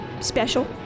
Special